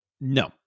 No